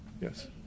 Yes